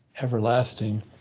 everlasting